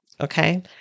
Okay